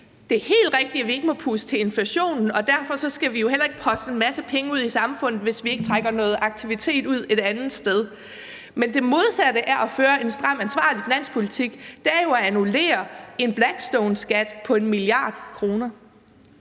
Det er helt rigtigt, at vi ikke må puste til inflationen, og derfor skal vi jo heller ikke poste en masse penge ud i samfundet, hvis ikke vi trækker noget aktivitet ud et andet sted. Men det modsatte af at føre en stram og ansvarlig finanspolitik er jo at annullere en Blackstoneskat på 1 mia. kr.